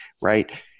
right